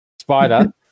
Spider